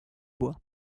bois